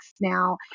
Now